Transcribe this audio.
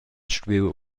stuiu